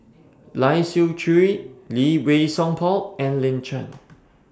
Lai Siu Chiu Lee Wei Song Paul and Lin Chen